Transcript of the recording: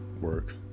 work